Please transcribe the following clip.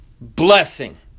blessing